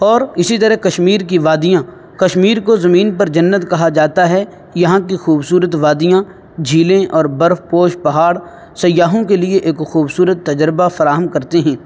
اور اسی طرح کشمیر کی وادیاں کشمیر کو زمین پر جنت کہا جاتا ہے یہاں کی خوبصورت وادیاں جھیلیں اور برف پوش پہاڑ سیاحوں کے لیے ایک خوبصورت تجربہ فراہم کرتے ہیں